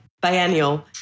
Biennial